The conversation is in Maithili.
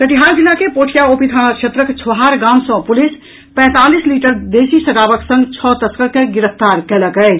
कटिहार जिला के पोठिया ओपी थाना क्षेत्र छोहार गाम सँ पुलिस पैंतालीस लीटर देसी शराबक संग छओ तस्कर के गिरफ्तार कयलक अछि